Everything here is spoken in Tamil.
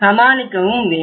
சமாளிக்கவும் வேண்டும்